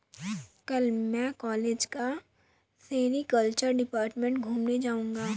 कल मैं कॉलेज का सेरीकल्चर डिपार्टमेंट घूमने जाऊंगा